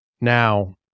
now